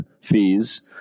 fees